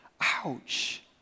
Ouch